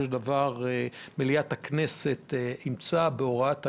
של דבר מליאת הכנסת אימצה בהוראת שעה,